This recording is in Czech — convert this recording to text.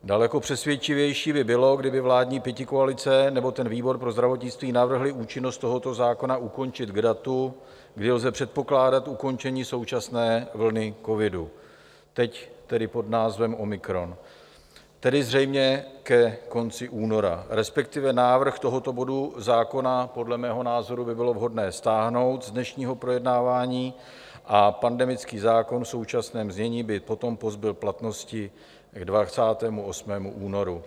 Daleko přesvědčivější by bylo, kdyby vládní pětikoalice nebo výbor pro zdravotnictví navrhly účinnost tohoto zákona ukončit k datu, kdy lze předpokládat ukončení současné vlny covidu, teď tedy pod názvem omikron, tedy zřejmě ke konci února, respektive návrh tohoto bodu zákona podle mého názoru by bylo vhodné stáhnout z dnešního projednávání a pandemický zákon v současném znění by potom pozbyl platnosti k 28. únoru.